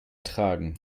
tragen